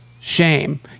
shame